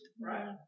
Right